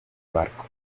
barco